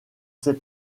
ses